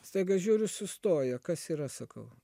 staiga žiūriu sustoja kas yra sakau